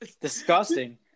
disgusting